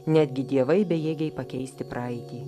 netgi dievai bejėgiai pakeisti praeitį